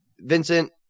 Vincent